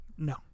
No